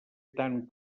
tant